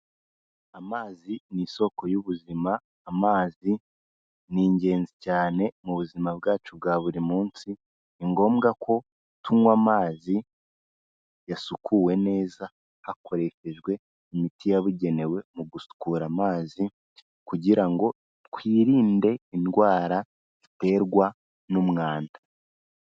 Amazi ni isoko y'ubuzima, amazi ni ingenzi cyane mu buzima bwacu bwa buri munsi, ni ngombwa ko tunywa amazi yasukuwe neza, hakoreshejwe imiti yabugenewe mu gusukura amazi, kugira ngo twirinde indwara ziterwa n'umwanda.